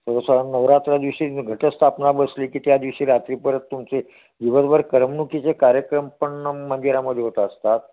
सर्वसां नवरात्रा दिवशी घटस्थापना बसली की त्या दिवशी रात्री परत तुमचे दिवसभर करमणुकीचे कार्यक्रम पण मंदिरामध्ये होत असतात